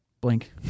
Blink